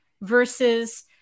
versus